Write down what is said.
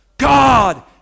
God